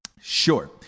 Sure